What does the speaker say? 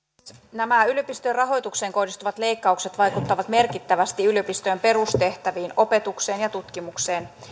nämä yliopistojen rahoitukseen kohdistuvat leikkaukset vaikuttavat merkittävästi yliopistojen perustehtäviin opetukseen ja tutkimukseen